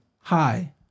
hi